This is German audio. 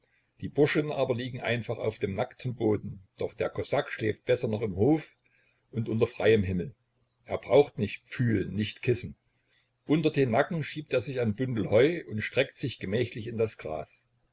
die burschen aber liegen einfach auf dem nackten boden doch der kosak schläft besser noch im hof und unter freiem himmel er braucht nicht pfühl nicht kissen unter den nacken schiebt er sich ein bündel heu und streckt sich gemächlich in das gras